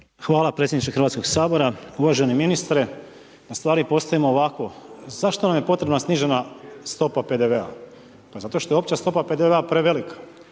Hvala predsjedniče Hrvatskog sabora, uvaženi ministre. Stvari postavimo ovako, zašto nam je potrebna snižena stopa PDV-a, pa zato što je opće stopa PDV-a prevelika,